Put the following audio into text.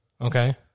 okay